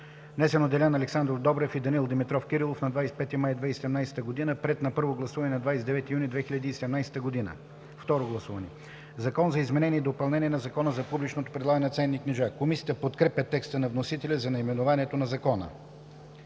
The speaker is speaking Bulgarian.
внесен от Делян Александров Добрев и Данаил Димитров Кирилов на 25 май 2017 г., приет на първо гласуване на 29 юни 2017 г. – второ гласуване. „Закон за изменение и допълнение на Закона за публичното предлагане на ценни книжа“. Комисията подкрепя текста на вносителя за наименованието на Закона.